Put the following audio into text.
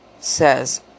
says